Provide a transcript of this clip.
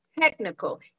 technical